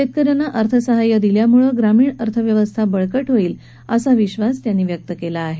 शेतक यांना अर्थसहाय्य दिल्यामुळं ग्रामीण अर्थव्यवस्था बळकट होईल असा विशास त्यांनी व्यक् केला आहे